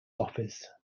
office